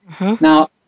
now